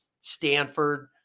Stanford